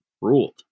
ruled